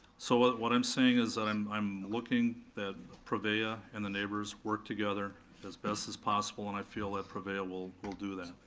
so what i'm saying is that i'm i'm looking, that prevea and the neighbors work together as best as possible and i feel that prevea will will do that.